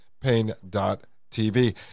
pain.tv